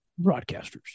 broadcasters